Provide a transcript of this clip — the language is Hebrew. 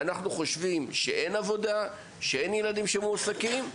אנחנו חושבים שאין עבודה ושאין ילדים שמועסקים,